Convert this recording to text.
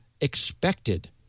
expected